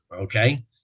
Okay